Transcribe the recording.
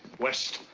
west,